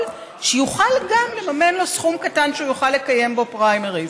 שיוכל גם לממן לו סכום קטן שיוכל לקיים בו פריימריז.